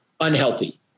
unhealthy